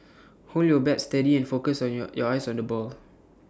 hold your bat steady and focus on your your eyes on the ball